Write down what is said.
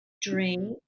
drink